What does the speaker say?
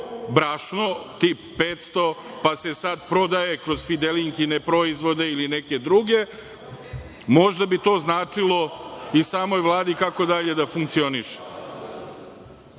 brašno, tip 500 pa se sada prodaje kroz „Fidelinkine“ proizvode ili neke druge. Možda bi to značilo i samoj Vladi kako dalje da funkcioniše. Poslaniče,